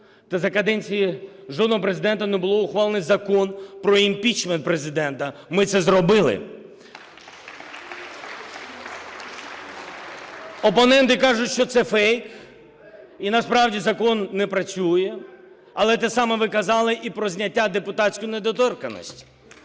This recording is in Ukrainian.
та за каденції жодного Президента не було ухвалено Закон про імпічмент Президента. Ми це зробили. Опоненти кажуть, що це фейк і насправді закон не працює. Але те саме ви казали і про зняття депутатської недоторканності.